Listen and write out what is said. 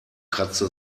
kratzte